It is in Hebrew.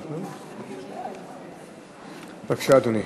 בבקשה, אדוני.